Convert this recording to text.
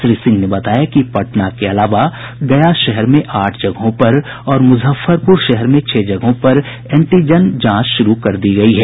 श्री सिंह ने बताया कि पटना के अलावा गया शहर में आठ जगहों पर और मुजफ्फरपुर शहर में छह जगहों पर एंटीजन जांच शुरू कर दी गयी है